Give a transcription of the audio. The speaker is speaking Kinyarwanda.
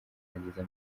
ageza